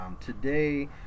Today